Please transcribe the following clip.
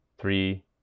three